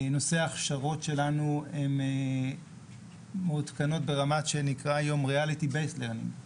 ההכשרות שלנו מעודכנות במה שנקרא היום reality-based learning.